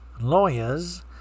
lawyers